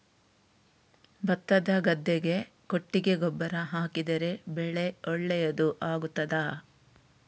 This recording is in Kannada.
ಭತ್ತದ ಗದ್ದೆಗೆ ಕೊಟ್ಟಿಗೆ ಗೊಬ್ಬರ ಹಾಕಿದರೆ ಬೆಳೆ ಒಳ್ಳೆಯದು ಆಗುತ್ತದಾ?